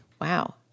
Wow